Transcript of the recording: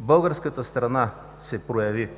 Българската страна се прояви